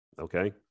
okay